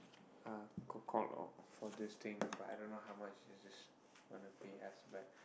ah got called loh for this thing but I don't know how much is this gonna pay us but